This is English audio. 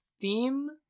theme